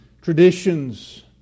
traditions